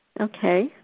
Okay